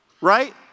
right